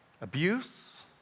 abuse